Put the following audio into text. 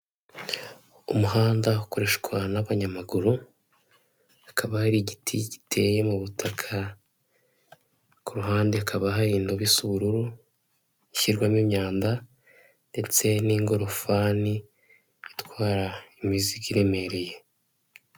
Umuhanda ukoreshwa n'abanyamaguru hakaba hari igiti giteye mu butaka, ku ruhande hakaba hari ibintu bisa ubururu bishyirwamo imyanda, ndetse n'ingorofani itwara imizigo iremereye.